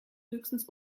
höchstens